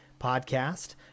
Podcast